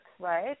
right